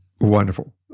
wonderful